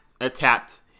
attacked